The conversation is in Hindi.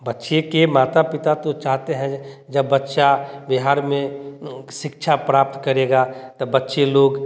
बच्चे के माता पिता तो चाहते हैं जब बच्चा बिहार में शिक्षा प्राप्त करेगा तब बच्चे लोग